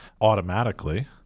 automatically